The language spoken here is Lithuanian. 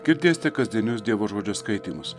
girdėsite kasdienius dievo žodžio skaitymus